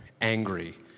angry